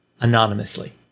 anonymously